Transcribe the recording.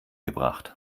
gebracht